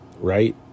right